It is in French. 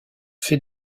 fait